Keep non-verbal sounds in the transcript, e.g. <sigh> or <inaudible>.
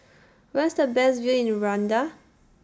<noise> Where IS The Best View in Rwanda